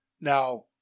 Now